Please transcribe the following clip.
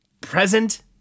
Present